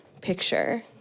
picture